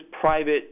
private